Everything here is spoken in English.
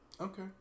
Okay